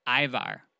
Ivar